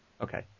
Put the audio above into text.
Okay